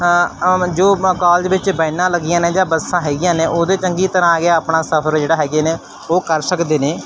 ਆਮ ਜੋ ਮੈਂ ਕਾਲਜ ਵਿੱਚ ਬੈਨਾਂ ਲੱਗੀਆਂ ਨੇ ਜਾਂ ਬੱਸਾਂ ਹੈਗੀਆਂ ਨੇ ਉਹਦੇ ਚੰਗੀ ਤਰ੍ਹਾਂ ਆ ਗਿਆ ਆਪਣਾ ਸਫਰ ਜਿਹੜਾ ਹੈਗੇ ਨੇ ਉਹ ਸਕਦੇ ਨੇ